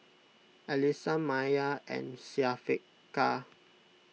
Alyssa Maya and Syafiqah